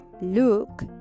look